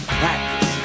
practice